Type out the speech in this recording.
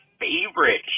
favorite